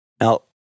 Now